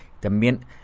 también